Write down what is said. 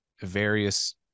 various